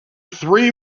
three